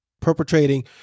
perpetrating